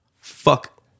fuck